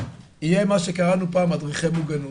יהיה מה שקראנו פעם, מדריכי מוגנות,